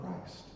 Christ